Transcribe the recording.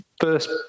first